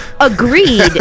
agreed